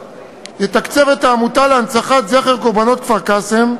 יתקצב את העמותה להנצחת זכר קורבנות כפר-קאסם,